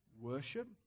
worship